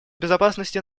безопасности